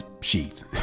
sheets